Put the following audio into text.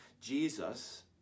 Jesus